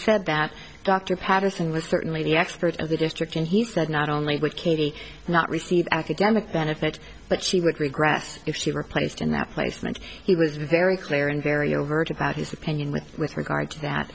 said that dr patterson was certainly the expert of the district and he said not only with katie not receive academic benefit but she would regress if she were placed in that placement he was very clear and very overt about his opinion with with regard to that